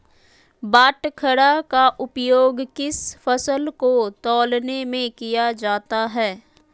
बाटखरा का उपयोग किस फसल को तौलने में किया जाता है?